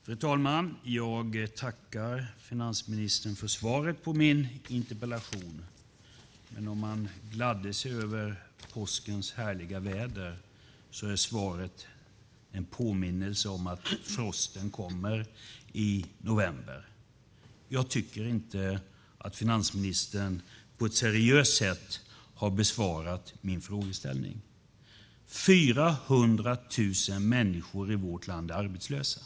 Fru talman! Jag tackar finansministern för svaret på min interpellation, men om man gladde sig över påskens härliga väder är svaret en påminnelse om att frosten kommer i november. Jag tycker inte att finansministern på ett seriöst sätt har besvarat min frågeställning. 400 000 människor i vårt land är arbetslösa.